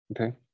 okay